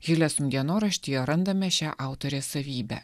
hilesum dienoraštyje randame šią autorės savybę